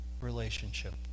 relationship